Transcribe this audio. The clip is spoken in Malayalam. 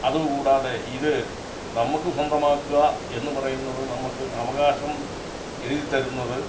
അത് കൂടാതെ ഇത് നമുക്ക് സ്വന്തമാക്കുക എന്ന് പറയുന്നത് നമുക്ക് അവകാശം എഴുതി തരുന്നത്